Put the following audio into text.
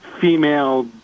female